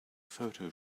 photo